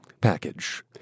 package